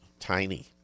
tiny